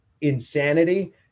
insanity